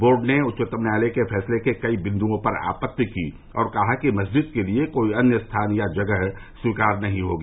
board ने उच्चतम न्यायालय के फैसले के कई बिन्दुओं पर आपत्ति की और कहा कि मस्जिद के लिए कोई अन्य स्थान या जगह स्वीकार नहीं होगी